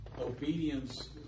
Obedience